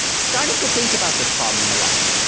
starting to think about this problem a lot.